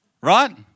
right